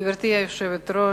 גברתי היושבת-ראש,